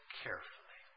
carefully